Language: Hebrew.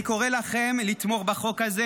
אני קורא לכם לתמוך בחוק הזה.